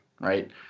right